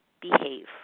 behave